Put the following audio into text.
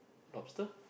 lobster